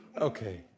Okay